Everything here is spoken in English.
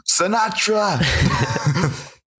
Sinatra